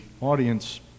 audience